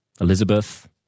Elizabeth